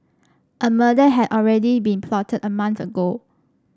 a murder had already been plotted a month ago